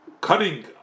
cutting